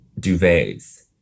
duvets